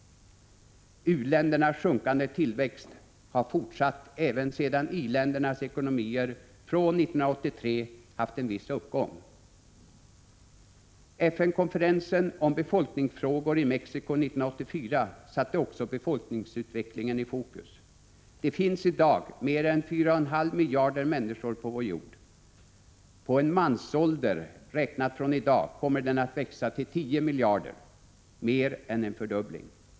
U-ländernas sjunkande tillväxt har fortsatt även sedan i-ländernas ekonomier från 1983 haft en viss uppgång. FN-konferensen om befolkningsfrågor i Mexico 1984 satte också befolkningsutvecklingen i fokus. Det finns i dag mer än 4,5 miljarder människor på vår jord. På en mansålder räknat från i dag kommer jordens folkmängd att växa till 10 miljarder — mer än en fördubbling.